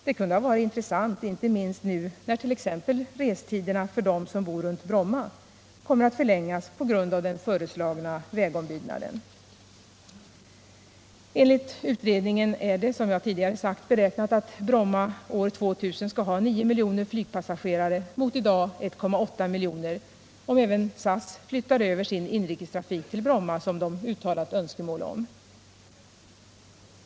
Det kunde ha varit intressant — inte minst nu när t.ex. restiderna för dem bor runt Bromma kan komma att förlängas på grund av den föreslagna vägombyggnaden! Enligt utredningen är det, som jag tidigare sagt, beräknat att Bromma år 2000 skall ha 9 miljoner flygpassagerare mot i dag 1,8 miljoner om även SAS flyttar över sin inrikestrafik till Bromma, något som man uttalat önskemål om.